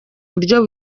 buryo